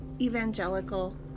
Evangelical